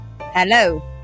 Hello